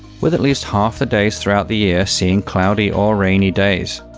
with at least half the days throughout the year seeing cloudy or rainy days.